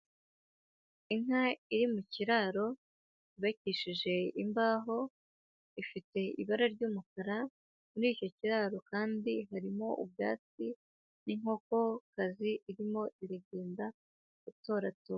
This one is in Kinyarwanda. Inka iri mu kiraro cyupakishije imbaho, ifite ibara ry'umukara, muri icyo kiraro kandi harimo ubwatsi n'inkokokazi irimo iragenda itoratora.